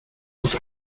uns